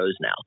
now